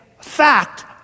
fact